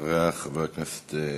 ואחריה, חבר הכנסת גואטה,